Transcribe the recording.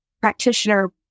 practitioner